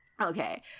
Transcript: Okay